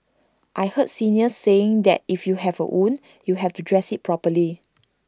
I heard seniors saying that if you have A wound you have to dress IT properly